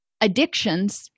addictions